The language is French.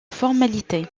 formalité